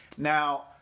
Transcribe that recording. Now